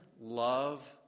love